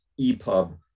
EPUB